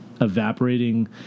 evaporating